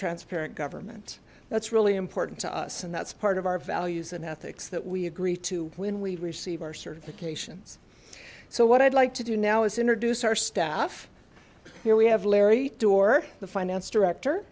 transparent government that's really important to us and that's part of our values and ethics that we agree to when we receive our certifications so what i'd like to do now is introduce our staff here we have larry door the